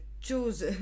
choose